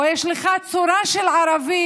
או אם יש לך צורה של ערבי,